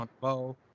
bow